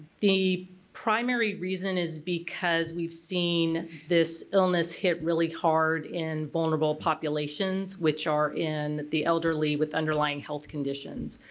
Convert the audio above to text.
the primary reason is because we've seen this illness hit really hard in vulnerable populations which are in the elderly with underlying health conditions.